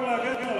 אתה מרגיש את זה?